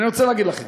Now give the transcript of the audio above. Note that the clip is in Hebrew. אני רוצה להגיד לכם,